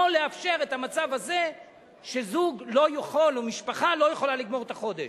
לא לאפשר את המצב הזה שזוג או שמשפחה לא יכולים לגמור את החודש,